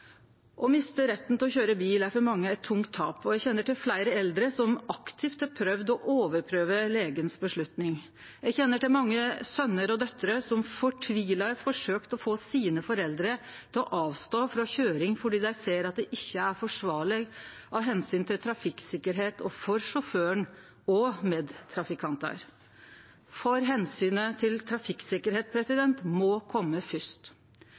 Å miste retten til å køyre bil er for mange eit tungt tap, og eg kjenner til fleire eldre som aktivt har prøvd å overprøve avgjerda til legen. Eg kjenner til mange søner og døtrer som fortvilt prøver å få foreldra sine til å avstå frå køyring fordi dei ser at det ikkje er forsvarleg av omsyn til trafikktryggleiken, sjåføren og medtrafikantane. Omsynet til trafikktryggleiken må kome fyrst.